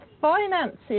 Finances